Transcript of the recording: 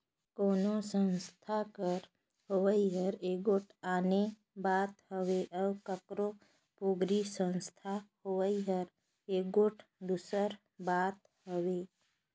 कोनो संस्था कर होवई हर एगोट आने बात हवे अउ काकरो पोगरी संस्था होवई हर एगोट दूसर बात हवे